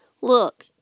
Look